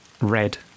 red